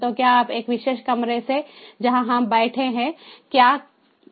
तो क्या आप एक विशेष कमरे से जहां हम बैठे हैं क्या किया जा सकता है